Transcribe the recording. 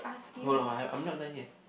hold on I I'm not done yet